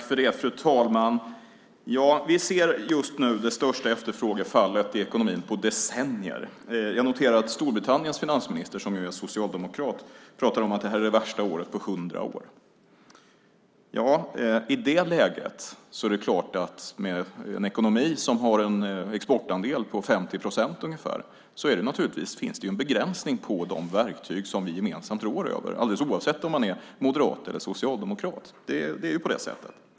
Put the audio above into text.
Fru talman! Vi ser just nu det största efterfrågefallet i ekonomin på decennier. Jag noterar att Storbritanniens finansminister, som är socialdemokrat, pratar om det här året som det värsta på hundra år. När man i ett sådant läge har en ekonomi vars exportandel är ungefär 50 procent finns det naturligtvis en begränsning i de verktyg som vi gemensamt rår över, alldeles oavsett om man är moderat eller socialdemokrat. Det är så.